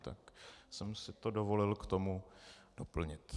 Tak jsem si to dovolil k tomu doplnit.